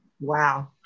Wow